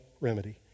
remedy